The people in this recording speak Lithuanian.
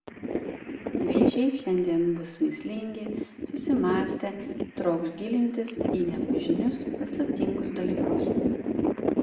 vėžiai šiandien bus mįslingi susimąstę trokš gilintis į nepažinius paslaptingus dalykus